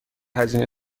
هزینه